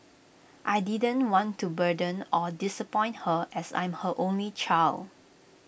I didn't want to burden or disappoint her as I'm her only child